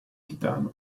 titano